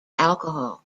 alcohol